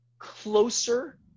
closer